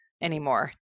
anymore